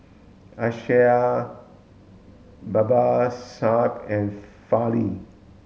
Akshay Babasaheb and Fali